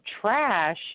trash